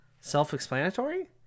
self-explanatory